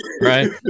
right